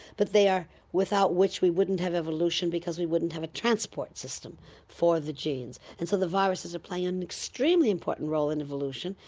but they are without which we wouldn't have evolution because we wouldn't have a transport system for the genes. and so the viruses play an extremely important role in evolution.